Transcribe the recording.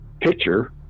picture